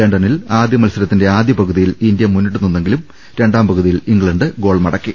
ലണ്ടനിൽ ആദ്യ മത്സരത്തിന്റെ ആദ്യ പകുതിയിൽ ഇന്ത്യ മുന്നിട്ട് നിന്നെങ്കിലും രണ്ടാം പകുതിയിൽ ഇംഗണ്ട് ഗോൾ മട ക്കി